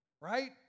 right